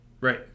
right